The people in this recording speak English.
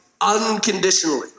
unconditionally